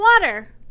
water